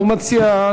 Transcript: הוא מציע,